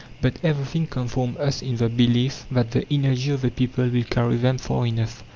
but everything confirms us in the belief that the energy of the people will carry them far enough,